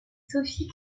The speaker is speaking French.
sophie